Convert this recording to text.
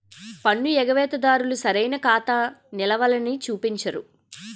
పన్ను ఎగవేత దారులు సరైన ఖాతా నిలవలని చూపించరు